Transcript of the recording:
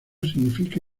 significa